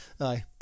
aye